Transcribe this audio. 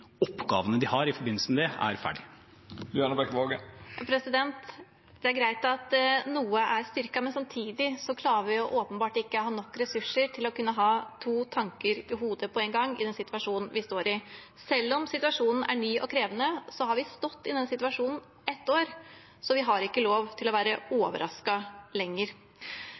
oppgavene de har i forbindelse med den, er ferdig. Det er greit at noe er styrket, men samtidig klarer vi åpenbart ikke å ha nok ressurser til å kunne ha to tanker i hodet på en gang i den situasjonen vi står i. Selv om situasjonen er ny og krevende, har vi stått i denne situasjonen i ett år, så vi har ikke lov til å være overrasket lenger.